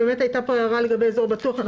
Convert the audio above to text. הייתה פה הערה לגבי "אזור בטוח".